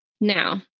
Now